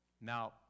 Now